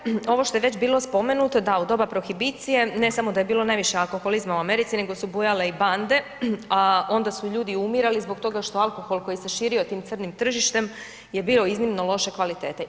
Kolega Pernar, ovo što je već bilo spomenuto, da u doba Prohibicije ne samo da je bilo najviše alkoholizma u Americi nego su bujale i bande, a onda su ljudi umirali zbog toga što alkohol koji se širio tim crnim tržištem je bio iznimno loše kvalitete.